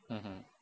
mmhmm